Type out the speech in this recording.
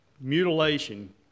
mutilation